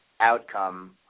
outcome